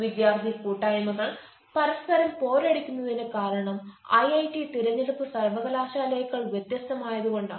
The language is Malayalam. വിദ്യാർത്ഥി കൂട്ടായ്മകൾ പരസ്പരം പോരടിക്കുന്നതിന്റെ കാരണം ഐഐടി തിരഞ്ഞെടുപ്പ് സർവകലാശാലയേക്കാൾ വ്യത്യസ്തമായത് കൊണ്ടാണ്